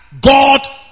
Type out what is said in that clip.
God